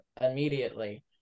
immediately